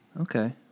Okay